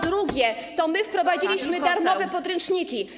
Po drugie, to my wprowadziliśmy darmowe podręczniki.